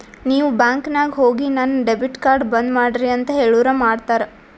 ನೀವ್ ಬ್ಯಾಂಕ್ ನಾಗ್ ಹೋಗಿ ನನ್ ಡೆಬಿಟ್ ಕಾರ್ಡ್ ಬಂದ್ ಮಾಡ್ರಿ ಅಂತ್ ಹೇಳುರ್ ಮಾಡ್ತಾರ